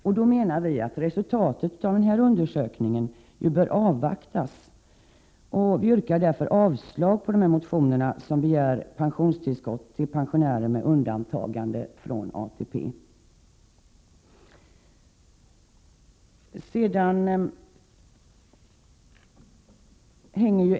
Vi menar att resultatet av den undersökningen bör avvaktas och yrkar därför avslag på de motioner där man begär pensionstillskott till pensionärer med undantagande från ATP.